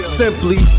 simply